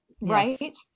right